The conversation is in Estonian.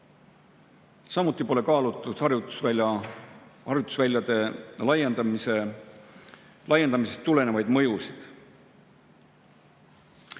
Samuti pole kaalutud harjutusväljade laiendamisest tulenevaid mõjusid.